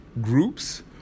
Groups